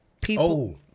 People